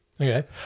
Okay